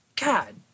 God